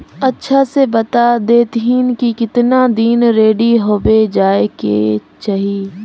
अच्छा से बता देतहिन की कीतना दिन रेडी होबे जाय के चही?